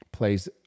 plays